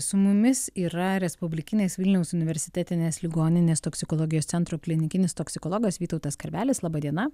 su mumis yra respublikinės vilniaus universitetinės ligoninės toksikologijos centro klinikinis toksikologas vytautas karvelis laba diena